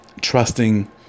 trusting